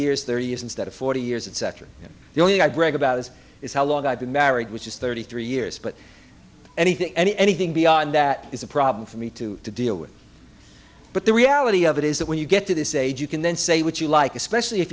years thirty years instead of forty years it's the only thing i brag about this is how long i've been married which is thirty three years but anything anything beyond that is a problem for me to deal with but the reality of it is that when you get to this age you can then say what you like especially if